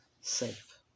safe